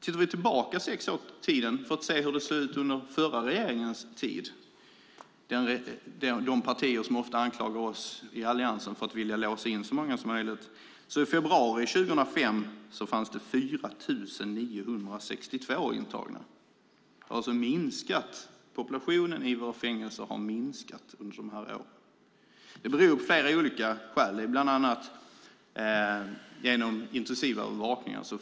Om vi ser tillbaka i tiden till den förra regeringens tid - de partier som ofta anklagar oss i Alliansen för att vilja låsa in så många som möjligt - kan vi se att det i februari 2005 fanns 4 962 intagna. Populationen i våra fängelser har alltså minskat under de här åren. Det beror på flera olika saker, bland annat intensivövervakning.